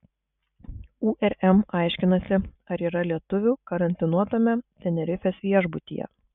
urm aiškinasi ar yra lietuvių karantinuotame tenerifės viešbutyje